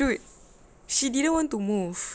dude she didn't want to move